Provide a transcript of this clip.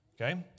Okay